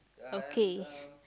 okay